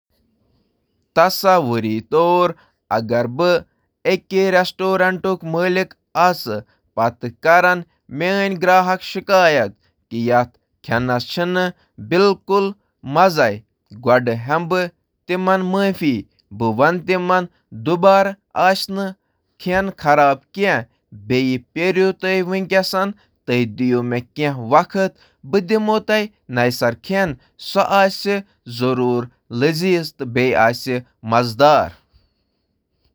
بطورِ رٮ۪سٹرٛورَنٛٹ مٲلِک ییٚلہِ کانٛہہ خٔریٖدار تِہنٛدِس کھیٚنَس مَزَس پٮ۪ٹھ عدم اطمینان ظٲہِر کران چھُ، بہٕ چھُس یہِ سنجیدگی سان نِوان۔ بہٕ چُھس تِہنٛدِ تجرُبہٕ خٲطرٕ پُرخلوص معٲفی پیش کٔرِتھ شُروٗع کران۔ پتہٕ، تِہُنٛد لُطُف یقینی بناونہٕ خٲطرٕ، بہٕ چھُس تِمن فوراً اکھ تازٕ سوٚن پیش کران یُس سانٮ۪ن اعلیٰ معیارَن پٮ۪ٹھ پوٗرٕ چھُ کران۔